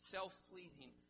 Self-pleasing